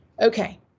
Okay